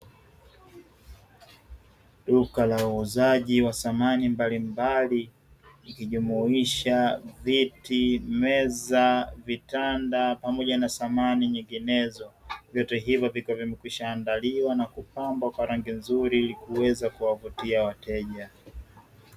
Duka la uuzaji wa samani mbalimbali likijumuisha viti, meza, vitanda pamoja na samani nyinginezo. Vyote hivyo vikiwa vimeshaandaliwa na kupambwa kwa rangi nzuri ili kuweza kuwavutia wateja.